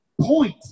point